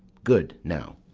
good now,